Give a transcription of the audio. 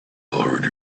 already